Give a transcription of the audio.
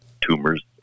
tumors